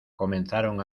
comenzaron